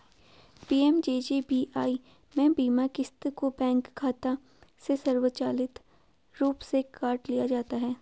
PMJJBY में बीमा क़िस्त को बैंक खाते से स्वचालित रूप से काट लिया जाता है